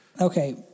Okay